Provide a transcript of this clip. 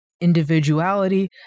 individuality